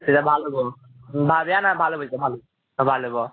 তেতিয়া ভাল হ'ব ভাল হ'ব